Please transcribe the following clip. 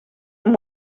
amb